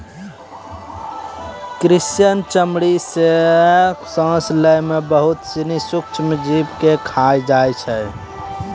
crustacean चमड़ी सें सांस लै में बहुत सिनी सूक्ष्म जीव के खाय जाय छै